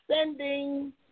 sending